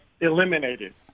eliminated